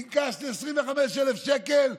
פנקס ל-25,000 שקל.